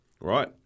right